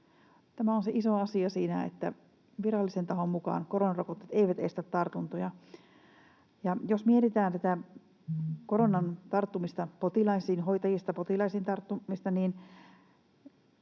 Tämä on se iso asia siinä, että virallisen tahon mukaan koronarokotteet eivät estä tartuntoja. Ja jos mietitään tätä koronan tarttumista